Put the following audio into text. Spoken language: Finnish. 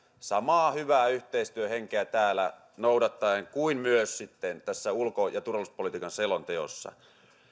samaa hyvää yhteistyöhenkeä noudattaen kuin myös ulko ja turvallisuuspolitiikan selonteossa